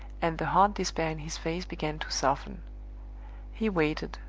and the hard despair in his face began to soften he waited,